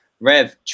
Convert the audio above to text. Rev